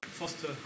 foster